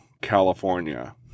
California